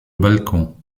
balcon